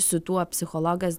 su tuo psichologas